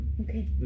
Okay